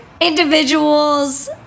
individuals